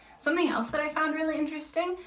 something else that i found really interesting,